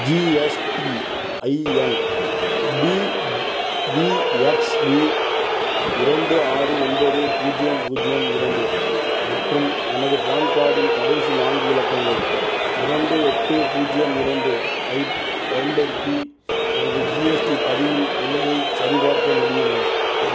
GSTIN P V X V இரண்டு ஆறு ஒன்பது பூஜ்ஜியம் பூஜ்ஜியம் இரண்டு மற்றும் எனது பான் கார்டின் கடைசி நான்கு இலக்கங்கள் இரண்டு எட்டு பூஜ்ஜியம் இரண்டு ஐப் பயன்படுத்தி எனது ஜிஎஸ்டி பதிவின் நிலையைச் சரிபார்க்க முடியுமா